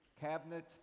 cabinet